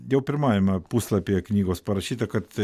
jau pirmajame puslapyje knygos parašyta kad